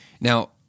Now